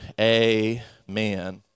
Amen